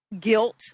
guilt